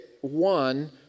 one